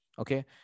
Okay